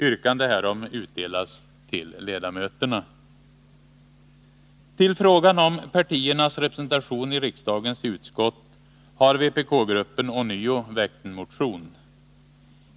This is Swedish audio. Yrkande härom utdelas till ledamöterna. I anslutning till frågan om partiernas representation i riksdagens utskott har vpk-gruppen ånyo väckt en motion.